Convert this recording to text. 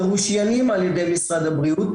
מרושיינים על ידי משרד הבריאות,